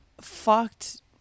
fucked